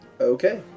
Okay